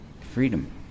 freedom